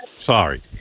Sorry